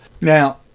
Now